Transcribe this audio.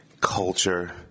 Culture